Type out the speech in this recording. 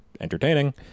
entertaining